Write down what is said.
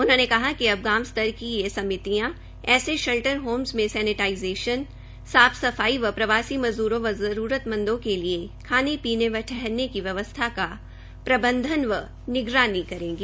उन्होंने कहा कि अब गांव स्तर की ये कमेटियां ऐसे शेल्टर होम्स में सेनेटाइजेशन सा स ई व प्रवासी मजद्रों व जरूरतमंदों के लिए खाने पीने व ठहरने की व्यवस्था का प्रबंधन व मॉनिटरिंग करेंगी